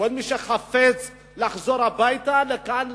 כל מי שחפץ לחזור הביתה לכאן,